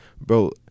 bro